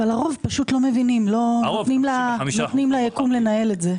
אבל הרוב לא מבינים, נותנים ליקום לנהל את זה.